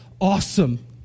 awesome